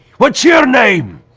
what's your name?